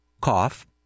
cough